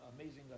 amazing